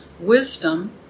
wisdom